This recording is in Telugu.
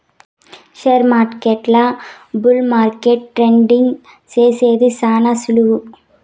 షేర్మార్కెట్ల బుల్ మార్కెట్ల ట్రేడింగ్ సేసేది శాన సులువు